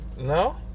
No